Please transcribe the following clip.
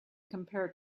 compare